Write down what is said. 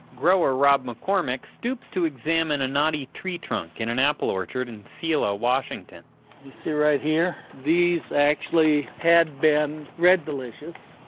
grower rob mccormick stoops to examine a knotty tree trunk in an apple orchard in selah, washington see right here? these had been red delicious.